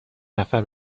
نفر